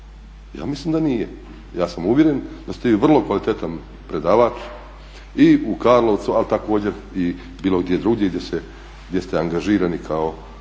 Ja mislim da nije. Ja sam uvjeren da ste vi vrlo kvalitetan predavač i u Karlovcu, ali također i bilo gdje drugdje gdje ste angažirani kao, dakle